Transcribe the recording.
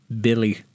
Billy